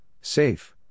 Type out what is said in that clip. safe